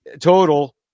total